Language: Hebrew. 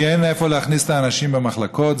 כי אין לאיפה להכניס אנשים במחלקות,